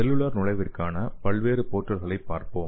cellular நுழைவிற்கான பல்வேறு போர்டல்களைப் பார்ப்போம்